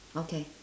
okay